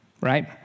right